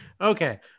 okay